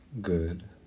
good